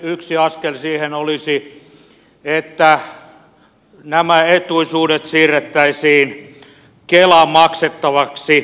yksi askel siihen olisi että nämä etuisuudet siirrettäisiin kelan maksettavaksi